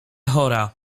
chora